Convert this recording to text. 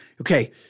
Okay